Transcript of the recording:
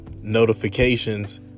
notifications